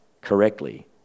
correctly